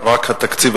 רק התקציב,